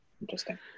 interesting